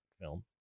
film